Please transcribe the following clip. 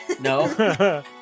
No